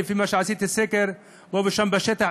לפי מה שעשיתי סקר פה ושם בשטח,